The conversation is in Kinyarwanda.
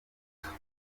itatu